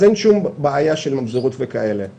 אז אין שום בעיה של ממזרות ודברים מהסוג הזה.